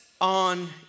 on